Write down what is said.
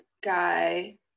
guy